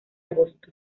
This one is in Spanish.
agosto